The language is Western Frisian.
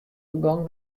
begûn